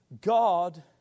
God